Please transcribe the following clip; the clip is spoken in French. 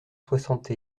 soixante